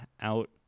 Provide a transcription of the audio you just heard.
out